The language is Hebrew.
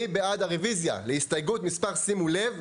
מי בעד רביזיה להסתייגות מספר 112?